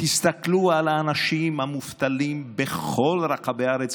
תסתכלו על האנשים המובטלים בכל רחבי הארץ,